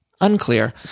Unclear